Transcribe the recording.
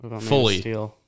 Fully